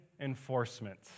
enforcement